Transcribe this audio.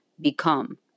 become